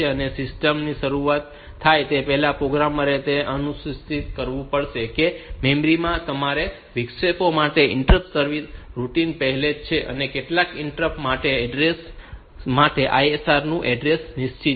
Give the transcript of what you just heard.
તેથી સિસ્ટમ શરૂ થાય તે પહેલાં પ્રોગ્રામરે એ સુનિશ્ચિત કરવું પડશે કે મેમરી માં તમામ વિક્ષેપો માટે ઈન્ટરપ્ટ સર્વિસ રૂટિન પહેલેથી જ છે અને કેટલાક ઈન્ટરપ્ટ્સ માટે આ એડ્રેસ માટે ISR નું એડ્રેસ નિશ્ચિત છે